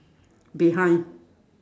behind